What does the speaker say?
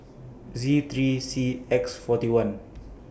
Z three C X forty one